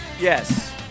Yes